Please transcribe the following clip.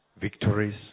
victories